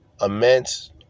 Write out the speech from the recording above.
immense